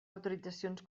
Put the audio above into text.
autoritzacions